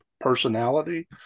personality